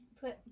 put